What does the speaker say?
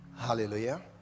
hallelujah